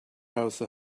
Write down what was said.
house